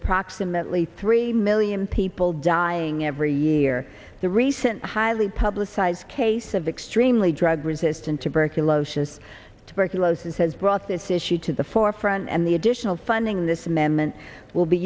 approximately three million people dying every year the recent highly publicized case of extremely drug resistant tuberculosis tuberculosis has brought this issue to the forefront and the additional funding this amendment will be